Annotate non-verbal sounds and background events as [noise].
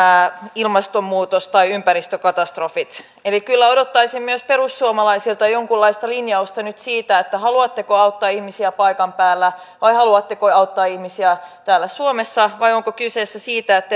ilmastonmuutos tai ympäristökatastrofit eli kyllä odottaisin myös perussuomalaisilta jonkunlaista linjausta nyt siitä haluatteko auttaa ihmisiä paikan päällä vai haluatteko auttaa ihmisiä täällä suomessa vai onko kyse siitä että [unintelligible]